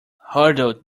hurdle